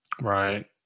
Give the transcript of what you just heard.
right